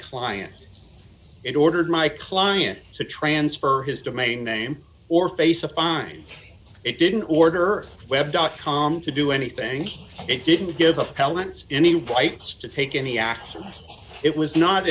client it ordered my client to transfer his domain name or face a fine it didn't order web dot com to do anything it didn't give appellants any whites to take any action it was not